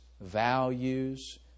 values